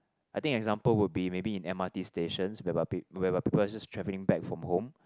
I think example would be maybe in M_R_T stations whereby whereby people just traveling back from home